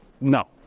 No